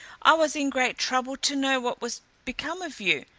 i was in great trouble to know what was become of you.